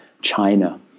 China